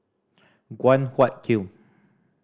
Guan Huat Kiln